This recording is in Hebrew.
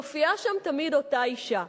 מופיעה שם תמיד אותה אשה.